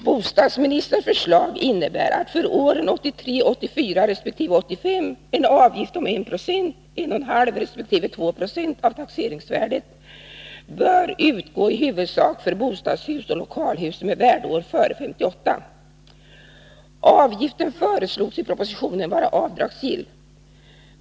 Bostadsministerns förslag innebär att för åren 1983, 1984 resp. 1985 en avgift om 1 90, 1,5 90 resp. 2 0 av taxeringsvärdet bör utgå i huvudsak för bostadshus och lokalhus med värdeår före 1958. Avgiften föreslogs i propositionen vara avdragsgill.